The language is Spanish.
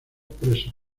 presos